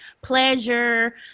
pleasure